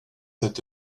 sept